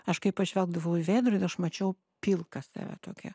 aš kai pažvelgdavau į veidrodį aš mačiau pilką save tokią